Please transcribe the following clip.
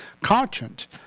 conscience